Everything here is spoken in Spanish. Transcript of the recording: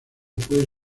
puede